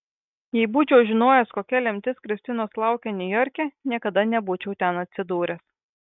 jei būčiau žinojęs kokia lemtis kristinos laukia niujorke niekada nebūčiau ten atsidūręs